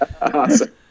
Awesome